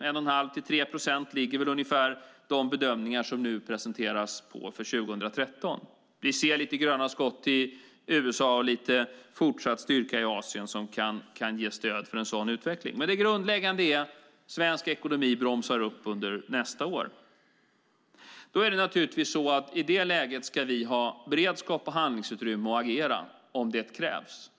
De bedömningar som nu presenteras för 2013 ligger väl ungefär på 1 1⁄2-3 procent. Vi ser lite gröna skott i USA och lite fortsatt styrka i Asien som kan ge stöd för en sådan utveckling, men det grundläggande är att svensk ekonomi bromsar upp under nästa år. I det läget är det naturligtvis så att vi ska ha en beredskap och handlingsutrymme att agera om det krävs.